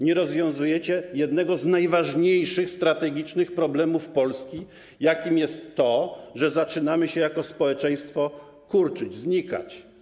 Nie rozwiązujecie jednego z najważniejszych strategicznych problemów Polski, jakim jest to, że zaczynamy się jako społeczeństwo kurczyć, znikać.